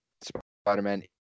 spider-man